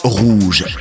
Rouge